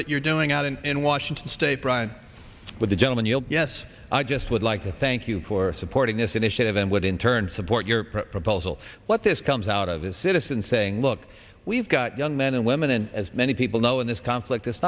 that you're doing out and in washington state brian with the gentleman yield yes i just would like to thank you for supporting this initiative and would in turn support your proposal what this comes out of is citizen saying look we've got young men and women and as many people know in this conflict it's